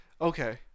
Okay